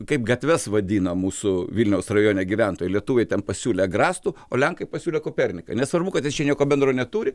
kaip gatves vadina mūsų vilniaus rajone gyventojai lietuviai ten pasiūlė agrastų o lenkai pasiūlė koperniką nesvarbu kad nieko bendro neturi